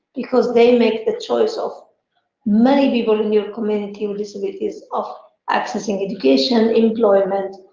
because they make the choice of many people in your community with disabilities of accessing education, employment,